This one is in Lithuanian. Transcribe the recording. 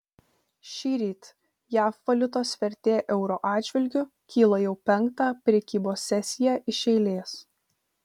šįryt jav valiutos vertė euro atžvilgiu kyla jau penktą prekybos sesiją iš eilės